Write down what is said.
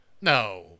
No